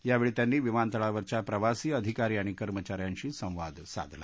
यावछी त्यांनी विमानतळावरच्या प्रवासी अधिकारी आणि कर्मचाऱ्यांशी संवाद साधला